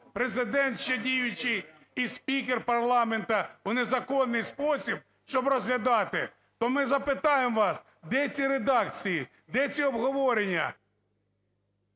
Президент ще діючий і спікер парламенту, у незаконний спосіб щоб розглядати, то ми запитаємо вас, де ці редакції, де ці обговорення?